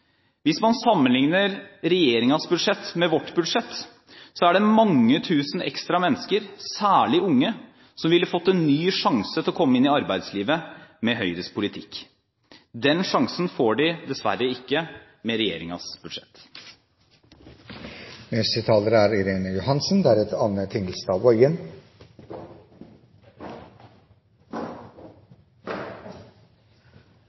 Hvis man sammenligner regjeringens budsjett med vårt budsjett, så er det mange tusen ekstra mennesker, særlig unge, som ville fått en ny sjanse til å komme inn i arbeidslivet med Høyres politikk. Den sjansen får de dessverre ikke med